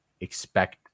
expect